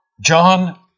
John